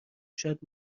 شاید